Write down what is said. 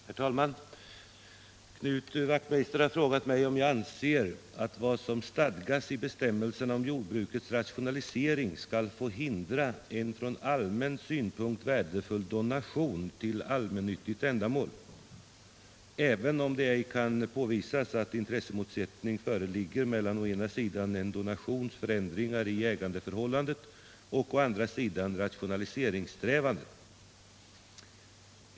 Herr talman! Knut Wachtmeister har frågat mig om jag anser att vad som stadgas i bestämmelserna om jordbrukets rationalisering skall få hindra en från allmän synpunkt värdefull donation till allmännyttigt ändamål, även om det ej kan påvisas att intressemotsättning föreligger mellan å ena sidan en donations förändring i ägandeförhållandet och å andra sidan rationaliseringssträvandet.